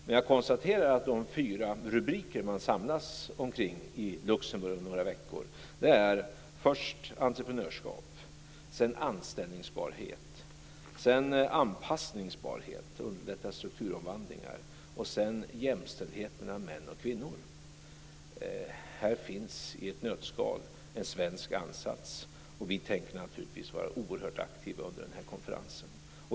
Men jag konstaterar att de fyra rubriker man samlas kring i Luxemburg om några veckor är entreprenörskap, anställningsbarhet, anpassningsbarhet, dvs. underlättande av strukturomvandlingar, samt jämställdhet mellan män och kvinnor. Här finns en svensk ansats i ett nötskal, och vi tänker naturligtvis vara oerhört aktiva under den här konferensen.